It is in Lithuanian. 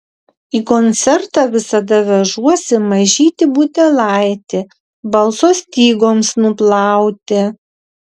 į koncertą visada vežuosi mažytį butelaitį balso stygoms nuplauti